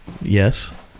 Yes